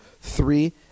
three